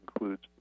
includes